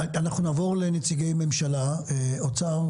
נעבור לנציגי ממשלה - משרד האוצר,